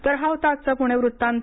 तर हा होता आजचा पुणे वृत्तांत